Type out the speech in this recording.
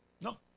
No